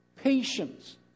Patience